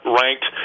ranked